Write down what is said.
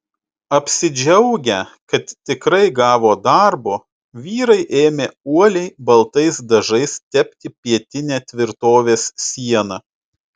apsidžiaugę kad tikrai gavo darbo vyrai ėmė uoliai baltais dažais tepti pietinę tvirtovės sieną